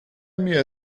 mir